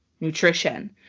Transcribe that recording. nutrition